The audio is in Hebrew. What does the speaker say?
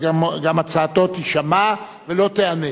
אז גם הצעתו תישמע ולא תיענה.